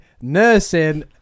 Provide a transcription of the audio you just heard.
nursing